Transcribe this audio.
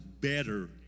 better